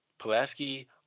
Pulaski